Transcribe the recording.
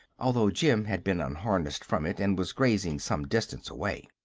although jim had been unharnessed from it and was grazing some distance away.